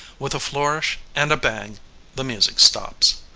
with a flourish and a bang the music stops.